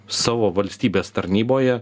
savo valstybės tarnyboje